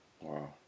Wow